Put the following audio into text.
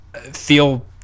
feel